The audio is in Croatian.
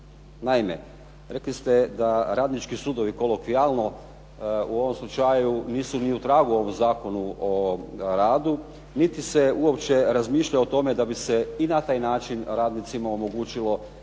Naime, rekli ste da radnički sudovi kolokvijalno u ovom slučaju nisu ni u tragu ovom Zakonu o radu niti se uopće razmišlja o tome da bi se i na taj način radnicima omogućilo da